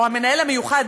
או המנהל המיוחד,